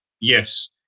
Yes